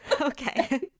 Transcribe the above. Okay